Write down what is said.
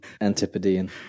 antipodean